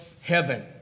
heaven